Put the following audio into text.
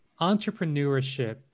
entrepreneurship